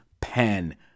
pen